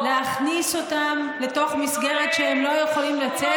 להכניס אותם לתוך מסגרת שהם לא יכולים לצאת,